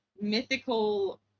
mythical